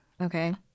Okay